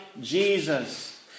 Jesus